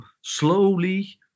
slowly